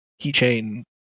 keychain